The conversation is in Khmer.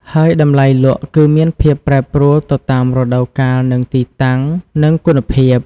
ហើយតម្លៃលក់គឺមានភាពប្រែប្រួលទៅតាមរដូវកាល និងទីតាំង និងគុណភាព។